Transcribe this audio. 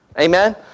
Amen